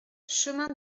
chemin